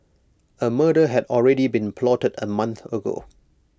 A murder had already been plotted A month ago